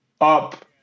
up